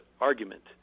argument